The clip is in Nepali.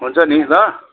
हुन्छ नि ल